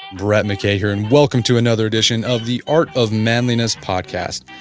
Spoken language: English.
brett mckay here and welcome to another edition of the art of manliness podcast.